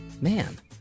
man